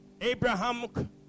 Abraham